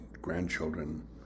grandchildren